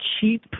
cheap